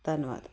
ਧੰਨਵਾਦ